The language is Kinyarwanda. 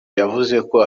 yavuzeko